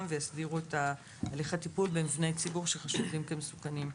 ויסדירו את הליך הטיפול במבני ציבור שחשודים כמסוכנים.